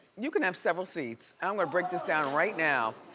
you can have several seats. and i'm gonna break this down right now.